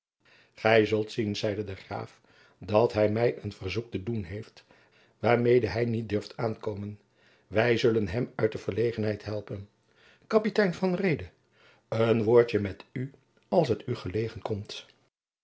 gij zult zien zeide de graaf dat hij mij een verzoek te doen heeft waarmede hij niet durft aankomen wij zullen hem uit de verlegenheid helpen kapitein van reede een woordje met u als t u gelegen komt